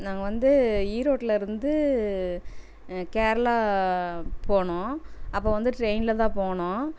நாங்கள் வந்து ஈரோட்ல இருந்து கேரளா போனோம் அப்போ வந்து ட்ரெயின்ல தான் போனோம்